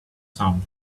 sound